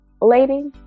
Lady